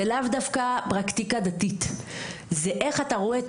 זה לאו דווקא פרקטיקה דתית זה איך אתה רואה את